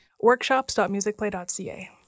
Workshops.musicplay.ca